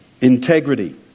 integrity